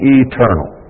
eternal